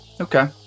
Okay